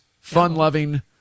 fun-loving